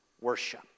worship